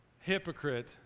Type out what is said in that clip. hypocrite